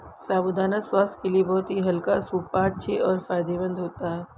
साबूदाना स्वास्थ्य के लिए बहुत ही हल्का सुपाच्य और फायदेमंद होता है